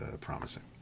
promising